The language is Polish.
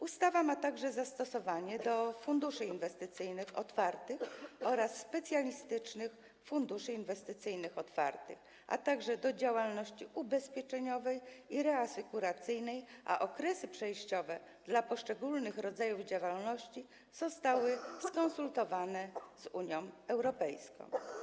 Ustawa ma także zastosowanie do funduszy inwestycyjnych otwartych oraz specjalistycznych funduszy inwestycyjnych otwartych, a także do działalności ubezpieczeniowej i reasekuracyjnej, a okresy przejściowe dla poszczególnych rodzajów działalności zostały skonsultowane z Unią Europejską.